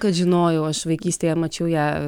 kad žinojau aš vaikystėje mačiau ją